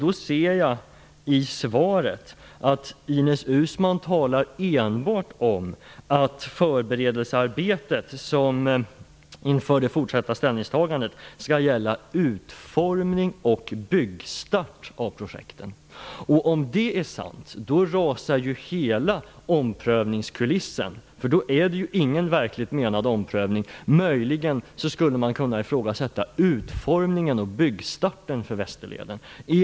I svaret talar Ines Uusmann enbart om att förberedelsearbetet inför det framtida ställningstagandet skall gälla utformning och byggstart av projekten. Om det är sant rasar hela omprövningskulissen. Då är det ingen verkligt menad omprövning. Man skulle möjligen kunna ifrågasätta utformningen och byggstarten för Västerleden.